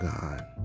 God